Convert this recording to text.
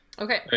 Okay